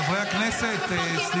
רעולי פנים, את טועה.